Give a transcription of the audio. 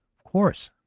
of course,